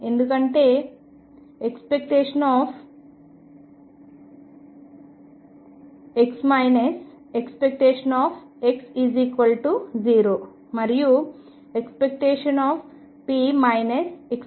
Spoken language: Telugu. ఎందుకంటే ⟨x ⟨x⟩⟩0 మరియు ⟨p ⟨p⟩⟩ 0